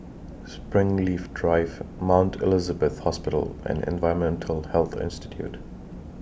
Springleaf Drive Mount Elizabeth Hospital and Environmental Health Institute